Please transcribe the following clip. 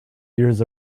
years